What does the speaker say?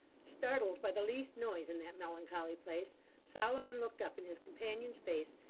startled by the least noise in that melancholy place, solomon looked up in his companion's face,